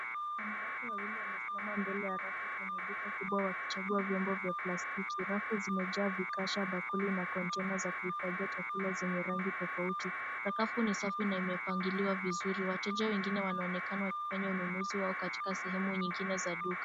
Wanawake wawili wamesimama mbele ya rafu kwenye duka kubwa wakichagua vyombo vya plastiki. Rafu zimejaa vikasha, bakuli na kontaina za kuhifadhia chakula zenye rangi tofauti. Sakafu ni safi na imepangiliwa vizuri. Wateja wengine wanaonekana wakifanya ununuzi wao katika sehemu nyingine za duka.